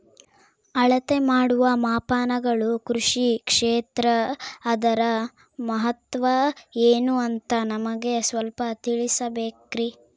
ಅಳತೆ ಮಾಡುವ ಮಾಪನಗಳು ಕೃಷಿ ಕ್ಷೇತ್ರ ಅದರ ಮಹತ್ವ ಏನು ಅಂತ ನಮಗೆ ಸ್ವಲ್ಪ ತಿಳಿಸಬೇಕ್ರಿ?